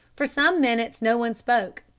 for some minutes no one spoke,